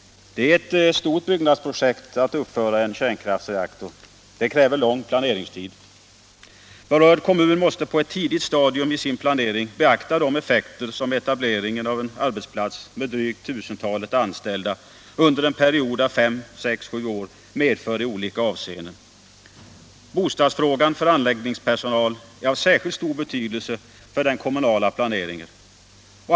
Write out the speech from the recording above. Att uppföra en kärnkraftsreaktor innebär ett stort byggnadsprojekt. Det kräver lång planeringstid. Berörd kommun måste på ett tidigt stadium i sin planering beakta de effekter som etableringen av en arbetsplats med drygt tusentalet anställda under en period av fem, sex eller sju år medför i olika avseenden. Bostadsfrågan för anläggningspersonal är av särskilt stor betydelse för den kommunala planeringen.